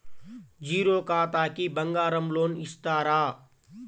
Zero ఖాతాకి బంగారం loan ఇస్తారా?